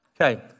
okay